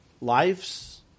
lives